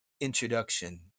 introduction